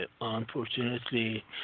Unfortunately